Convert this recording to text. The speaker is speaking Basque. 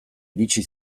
iritsi